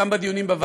גם בדיונים בוועדה,